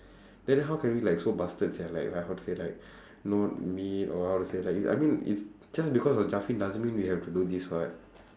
then then how can we like so bastard sia like like how to say like not meet or how to say like this I mean it's just because of doesn't mean we have to do this [what]